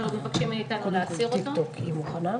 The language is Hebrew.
ומבקשים מאתנו להסיר אותו.